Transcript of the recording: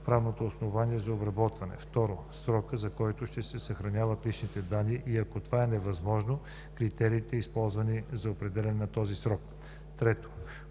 правното основание за обработването; 2. срока, за който ще се съхраняват личните данни, а ако това е невъзможно – критериите, използвани за определяне на този срок; 3.